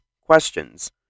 questions